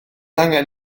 angen